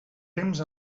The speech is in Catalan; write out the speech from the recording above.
temps